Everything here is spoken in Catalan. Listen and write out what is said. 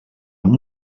amb